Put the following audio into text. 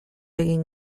egin